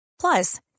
Plus